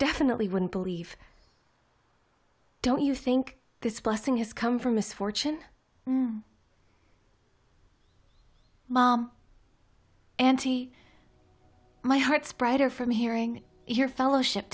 definitely wouldn't believe don't you think this blessing has come from misfortune auntie my heart's brighter from hearing your fellowship